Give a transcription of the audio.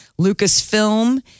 Lucasfilm